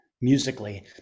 musically